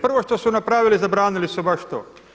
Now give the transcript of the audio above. Prvo što su napravili zabranili su baš to.